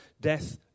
death